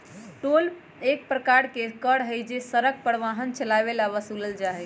toll एक प्रकार के कर हई जो हम सड़क पर वाहन चलावे ला वसूलल जाहई